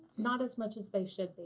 not as much as they should